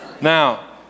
Now